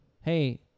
Hey